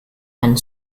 and